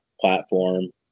platform